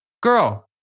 girl